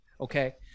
Okay